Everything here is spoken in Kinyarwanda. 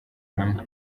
hamwe